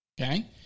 Okay